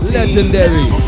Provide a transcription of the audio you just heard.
legendary